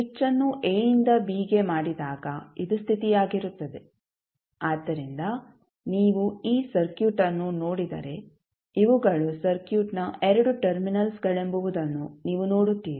switch ಅನ್ನು a ಯಿಂದ b ಗೆ ಮಾಡಿದಾಗ ಇದು ಸ್ಥಿತಿಯಾಗಿರುತ್ತದೆ ಆದ್ದರಿಂದ ನೀವು ಈ ಸರ್ಕ್ಯೂಟ್ ಅನ್ನು ನೋಡಿದರೆ ಇವುಗಳು ಸರ್ಕ್ಯೂಟ್ನ 2 ಟರ್ಮಿನಲ್ಸ್ಗಳೆಂಬುವುದನ್ನು ನೀವು ನೋಡುತ್ತೀರಿ